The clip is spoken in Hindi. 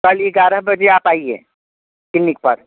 कल ग्यारह बजे आप आइए क्लीनिक पर